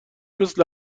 مثل